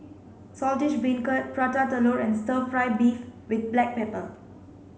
Saltish Beancurd Prata Telur and stir fry beef with black pepper